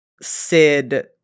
Sid